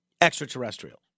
extraterrestrial